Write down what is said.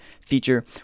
feature